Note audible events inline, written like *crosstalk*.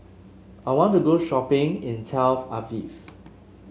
I want to go shopping in Tel *unintelligible* Aviv